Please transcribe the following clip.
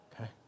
okay